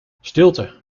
stilte